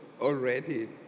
already